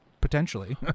potentially